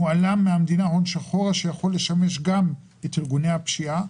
מועלם מהמדינה הון שחור אשר יכול לשמש גם את ארגוני הפשיעה.